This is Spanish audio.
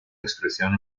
expresión